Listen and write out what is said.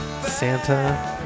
Santa